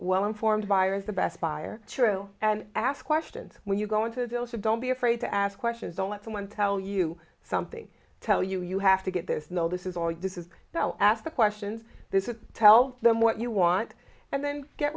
well informed buyer is the best buyer true and ask questions when you go into the deal so don't be afraid to ask questions don't let someone tell you something tell you you have to get this no this is all this is now ask the questions this is tell them what you want and then get